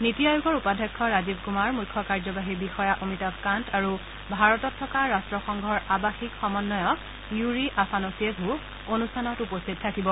নিটি আয়োগৰ উপাধ্যক্ষ ৰাজীৱ কুমাৰ মুখ্য কাৰ্যবাহী বিষয়া অমিতাভ কান্ত আৰু ভাৰতত থকা ৰট্টসংঘৰ আৱাসিক সময়য়ক য়ুৰি আফানাচিয়েভো অনুষ্ঠানত উপস্থিত থাকিব